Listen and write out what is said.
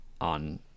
on